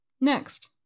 Next